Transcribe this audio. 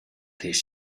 this